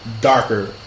darker